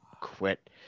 quit